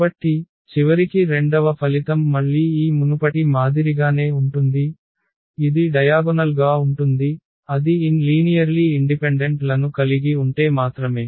కాబట్టి చివరికి రెండవ ఫలితం మళ్ళీ ఈ మునుపటి మాదిరిగానే ఉంటుంది ఇది డయాగొనల్ గా ఉంటుంది అది n లీనియర్లీ ఇండిపెండెంట్ లను కలిగి ఉంటే మాత్రమే